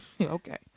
Okay